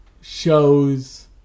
shows